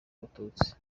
abatutsi